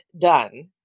done